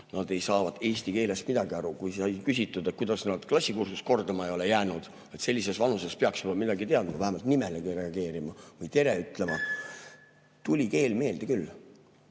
nad ei saavat eesti keelest midagi aru. Kui sai küsitud, kuidas nad klassikursust kordama ei ole jäänud, et sellises vanuses peaks juba midagi teadma, vähemalt nimelegi reageerima või tere ütlema, siis tuli keel meelde küll.